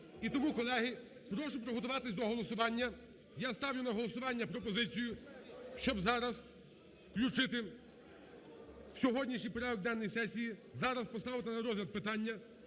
І тому, колеги, прошу приготуватись до голосування. Я ставлю на голосування пропозицію, щоб зараз включити в сьогоднішній порядок денний сесії зараз поставити на розгляд питання